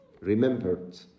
remembered